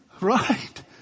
Right